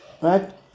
Right